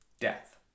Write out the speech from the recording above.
Death